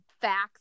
facts